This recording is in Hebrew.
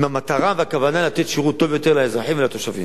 עם מטרה וכוונה לתת שירות טוב יותר לאזרחים ולתושבים.